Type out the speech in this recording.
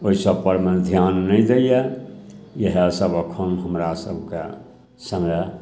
ओहिसबपरमे धिआन नहि दैए इएहसब एखन हमरासभके समय